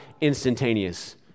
instantaneous